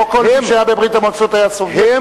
לא כל מי שהיה בברית-המועצות היה סובייטי.